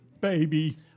Baby